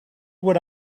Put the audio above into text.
would